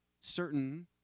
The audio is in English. certain